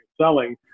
selling